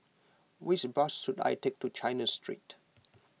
which bus should I take to China Street